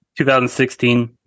2016